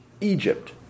Egypt